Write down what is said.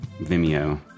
Vimeo